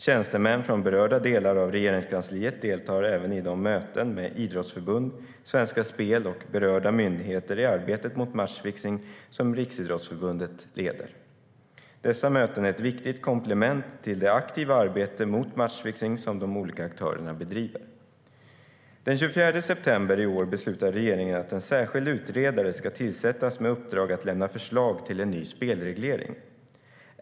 Tjänstemän från berörda delar av Regeringskansliet deltar även i de möten med idrottsförbund, Svenska Spel och berörda myndigheter i arbetet mot matchfixning som Riksidrottsförbundet leder. Dessa möten är ett viktigt komplement till det aktiva arbete mot matchfixning som de olika aktörerna bedriver. Den 24 september beslutade regeringen att en särskild utredare ska tillsättas med uppdrag att lämna förslag till en ny spelreglering.